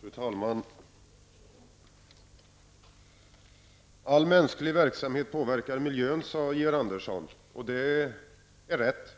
Fru talman! All mänsklig verksamhet påverkar miljön, sade Georg Andersson, och det är rätt.